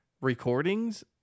recordings